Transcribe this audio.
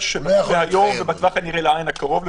בטווח הקרוב לפחות.